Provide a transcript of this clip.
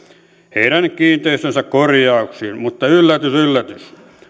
heidän kiinteistöjensä korjauksiin mutta yllätys yllätys